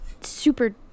super